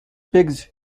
pigs